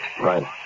Right